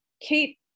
Kate